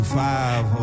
five